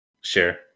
Sure